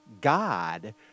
God